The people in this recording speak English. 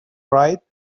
right